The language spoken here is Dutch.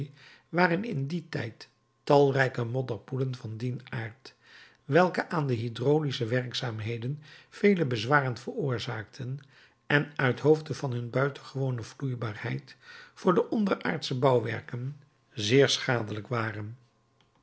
waren in dien tijd talrijke modderpoelen van dien aard welke aan de hydraulische werkzaamheden vele bezwaren veroorzaakten en uithoofde van hun buitengewone vloeibaarheid voor de onderaardsche bouwwerken zeer schadelijk waren